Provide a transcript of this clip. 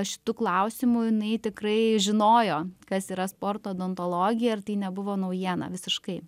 šitu klausimu jinai tikrai žinojo kas yra sporto odontologija ir tai nebuvo naujiena visiškai